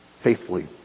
faithfully